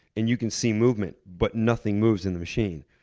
and you can see movement, but nothing moves in the machine.